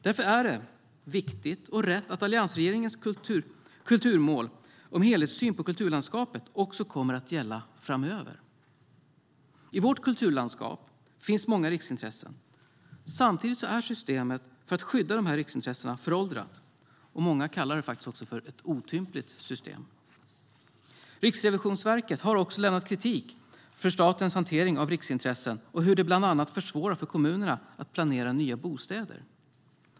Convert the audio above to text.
Därför är det viktigt och rätt att alliansregeringens kulturmål om helhetssyn på kulturlandskapet också kommer att gälla framöver. I vårt kulturlandskap finns många riksintressen. Samtidigt är systemet för att skydda dessa riksintressen föråldrat, och många kallar det också otympligt. Riksrevisionsverket har också kritiserat statens hantering av riksintressen och hur det bland annat försvårar för kommunerna att planera nya bostäder.